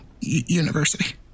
University